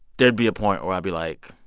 there'd be a point where i'd be like,